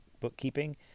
bookkeeping